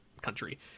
country